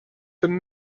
than